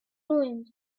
ruined